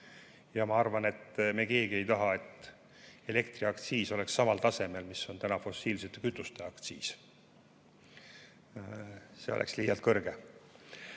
Ja ma arvan, et me keegi ei taha, et elektriaktsiis oleks samal tasemel kui on täna fossiilsete kütuste aktsiis. See oleks liialt kõrge.